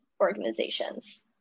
organizations